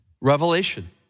Revelation